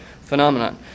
phenomenon